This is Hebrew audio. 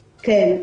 כן.